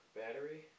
Battery